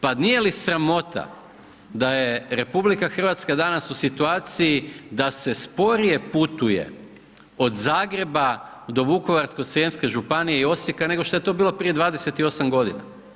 Pa nije li sramota, da je RH danas u situaciji da se sporije putuje od Zagreba do Vukovarsko srijemske županije i Osijeka nego što je to bilo prije 28 g.